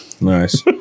Nice